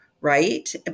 right